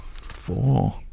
four